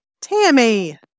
Tammy